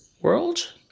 world